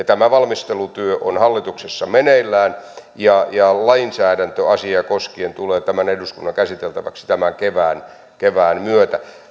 tämä valmistelutyö on hallituksessa meneillään ja ja lainsäädäntö asiaa koskien tulee tämän eduskunnan käsiteltäväksi tämän kevään kevään myötä